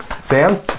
Sam